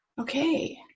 okay